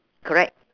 correct